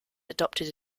adopted